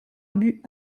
but